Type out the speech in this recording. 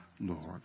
Lord